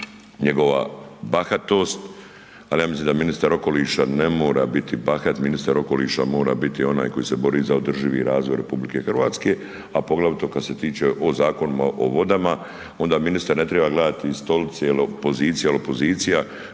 njegova bahatost, al ja mislim da ministar okoliša ne mora biti bahat, ministar okoliša mora biti onaj koji se bori za održivi razvoj RH, a poglavito kad se tiče o Zakonima o vodama, onda ministar ne treba gledati stolice il opozicije jel opozicija